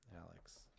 Alex